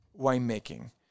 winemaking